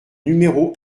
numéro